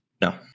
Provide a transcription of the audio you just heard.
No